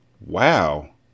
Wow